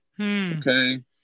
Okay